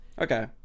Okay